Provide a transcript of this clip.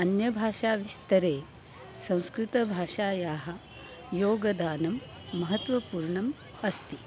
अन्यभाषाविस्तरे संस्कृतभाषायाः योगदानं महत्त्वपूर्णम् अस्ति